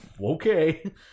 Okay